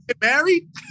married